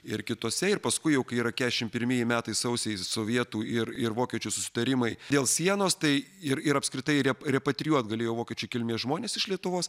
ir kituose ir paskui jau kai yra keturiasdešimt pirmieji metai sausį sovietų ir ir vokiečių susitarimai dėl sienos tai ir ir apskritai re repatrijuot galėjo vokiečių kilmės žmonės iš lietuvos